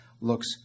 looks